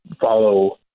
follow